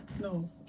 no